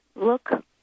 look